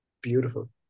beautiful